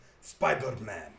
Spider-Man